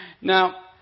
Now